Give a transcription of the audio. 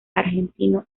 argentino